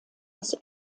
des